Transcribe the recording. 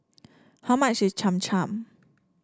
how much is Cham Cham